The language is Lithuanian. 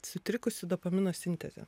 sutrikusi dopamino sintezė